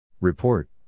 Report